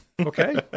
Okay